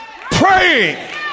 praying